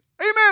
amen